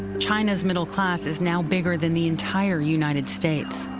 china's middle class is now bigger than the entire united states.